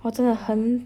我真的很